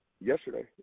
yesterday